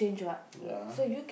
ya